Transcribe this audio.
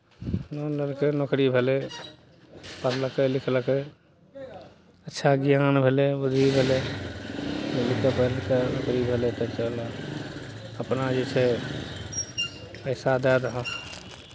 loan लेलकै नोकरी भेलै पढ़लकै लिखलकै अच्छा ज्ञान भेलै बुद्धि भेलै नोकरी भेलै तऽ चलह अपना जे छै पैसा दए दहो